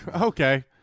Okay